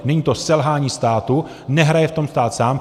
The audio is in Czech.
Není to selhání státu, nehraje v tom stát sám.